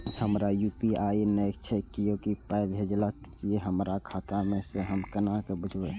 हमरा यू.पी.आई नय छै कियो पाय भेजलक यै हमरा खाता मे से हम केना बुझबै?